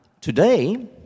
today